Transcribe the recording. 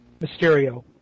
Mysterio